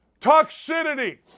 Toxicity